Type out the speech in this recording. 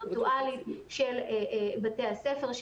וירטואלית של בתי הספר,